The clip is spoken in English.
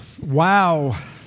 wow